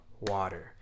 water